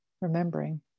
remembering